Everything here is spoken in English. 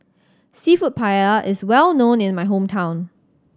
Seafood Paella is well known in my hometown